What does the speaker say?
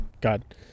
God